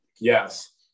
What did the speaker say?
Yes